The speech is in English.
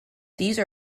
these